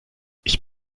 ich